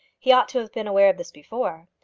he ought to have been aware of this before.